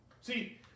See